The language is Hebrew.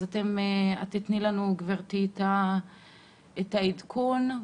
תני לנו, גברתי, את העדכון.